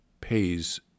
pays